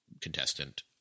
contestant